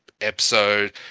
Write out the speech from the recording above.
episode